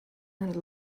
and